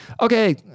Okay